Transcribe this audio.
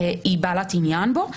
היא בעלת עניין בו,